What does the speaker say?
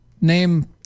name